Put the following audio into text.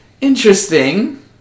interesting